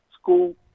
School